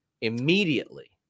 immediately